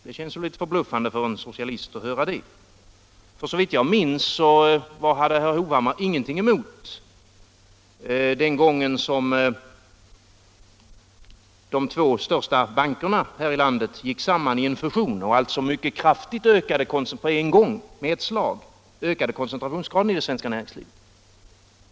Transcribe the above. Det känns litet förbluffande för en socialist att höra det, för såvitt jag minns hade herr Hovhammar ingenting att invända den gången då de två största bankerna här i landet gick samman i en fusion och alltså med ett slag mycket kraftigt ökande koncentrationsgraden i det svenska näringslivet.